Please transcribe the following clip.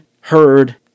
heard